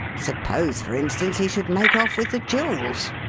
suppose, for instance, he should make off with the jewels?